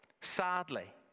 Sadly